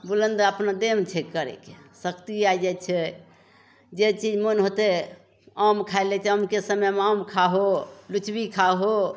बुलन्द अपना देहमे छै करयके शक्ति आइ जाइ छै जे चीज मोन होतय आम खाइ लए छै आमके समयमे आम खाहो लीची खाहो